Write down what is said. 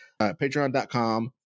Patreon.com